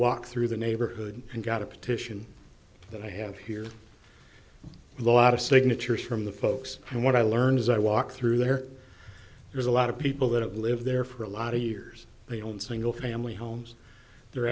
walk through the neighborhood and got a petition that i have here a lot of signatures from the folks and what i learned as i walked through there there's a lot of people that have lived there for a lot of years they don't single family homes the